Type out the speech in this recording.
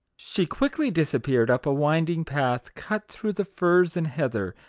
she quickly disappeared up a winding path cut through the furze and heather,